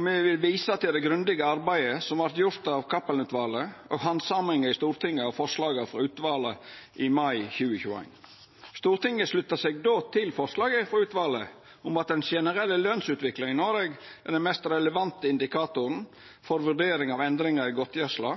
Me vil visa til det grundige arbeidet som vart gjort av Cappelen-utvalet, og handsaminga i Stortinget av forslaga frå utvalet i mai 2021. Stortinget slutta seg då til forslaget frå utvalet om at den generelle lønsutviklinga i Noreg er den mest relevante indikatoren for vurdering av endringar i godtgjersla,